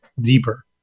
deeper